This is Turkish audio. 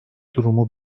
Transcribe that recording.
durumu